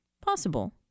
Possible